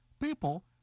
people